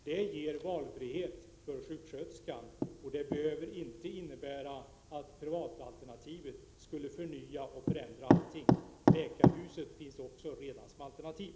Det ger valfrihet för sköterskan och det behöver inte innebära att privatalternativet är det enda som kan förnya och förändra hela situationen. Läkarhusen finns också redan som alternativ.